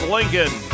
Lincoln